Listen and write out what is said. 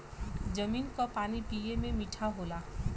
जमीन क पानी पिए में मीठा होला